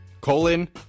colon